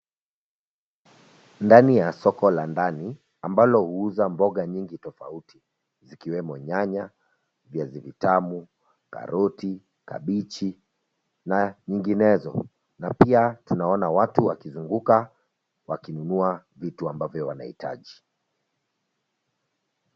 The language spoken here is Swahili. Ndani ya soko la ndani ambalo huuza mboga nyingi tofauti zikiwemo kama nyanya ,viazi vitamu, karoti, kabeji na nyinginezo. Na pia tunaona watu wakizunguka wakinunua vitu ambavyo wanaitaji.